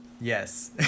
Yes